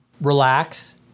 relax